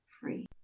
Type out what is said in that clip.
free